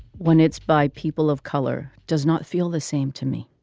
when it's by people of color does not feel the same to me.